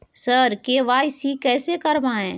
sir KYC कैसे करवाएं